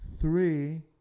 three